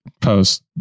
Post